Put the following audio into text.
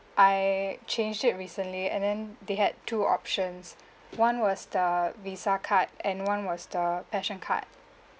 I changed it recently and then they had two options one was the visa card and one was the passion card